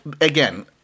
Again